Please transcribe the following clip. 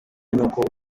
n’uko